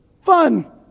fun